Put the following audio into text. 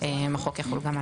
החוק יחול גם עליו.